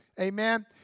Amen